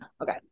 Okay